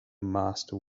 master